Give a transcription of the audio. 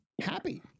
happy